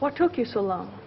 what took you so long